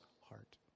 heart